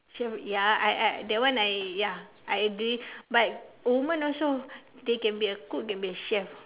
chef ya I I that one I ya I agree but woman also they can be a cook can be a chef